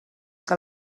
que